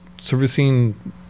servicing